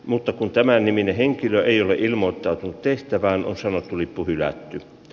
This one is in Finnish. mutta kun tämänniminen henkilö ei ole ilmoittautunut tehtävään on sanat lippu hylättiin